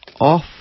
off